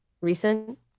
recent